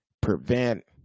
prevent